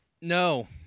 No